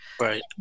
Right